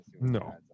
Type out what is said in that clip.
No